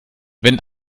wenn